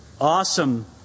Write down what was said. awesome